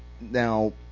now